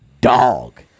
dog